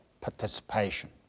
participation